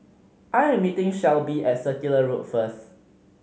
I am meeting Shelbie at Circular Road first